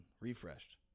refreshed